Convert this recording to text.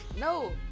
No